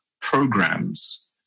programs